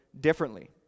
differently